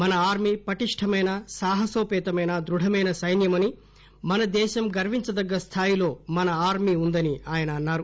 మన ఆర్మీ పటిష్టమైన సాహనోతపేతమైన ధృడమైన సైన్యమని మనదేశం గర్వించదగ్గ స్థాయిలో మన ఆర్మీ ఉందని అన్నారు